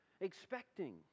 expecting